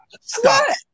stop